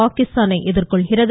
பாகிஸ்தானை எதிர்கொள்கிறது